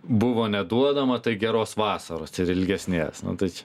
buvo neduodama tai geros vasaros ir ilgesnės nu tai čia